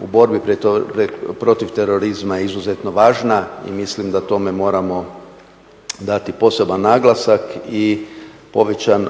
u borbi protiv terorizma je izuzetno važna i mislim da tome moramo dati poseban naglasak i povećan